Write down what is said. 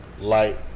Light